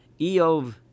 Eov